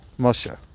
Moshe